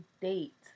date